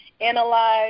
analyze